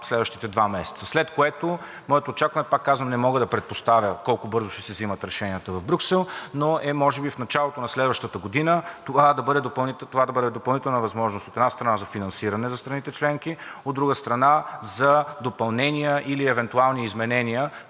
следващите два месеца, след което моето очакване, пак казвам, не мога да предпоставя колко бързо ще се взимат решенията в Брюксел, но може би е в началото на следващата година – това да бъде допълнителна възможност, от една страна, за финансиране за страните членки, от друга страна, за допълнения и евентуални изменения